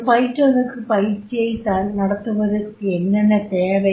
ஒரு பயிற்றுனருக்கு பயிற்சியை நடத்துவதற்கு என்னென்ன தேவை